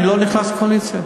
אני לא נכנס לקואליציה.